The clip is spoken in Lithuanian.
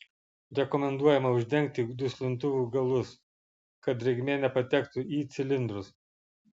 rekomenduojama uždengti duslintuvų galus kad drėgmė nepatektų į cilindrus